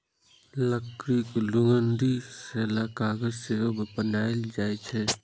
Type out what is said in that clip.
लकड़ीक लुगदी सं कागज सेहो बनाएल जाइ छै